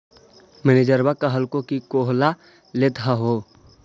मैनेजरवा कहलको कि काहेला लेथ हहो?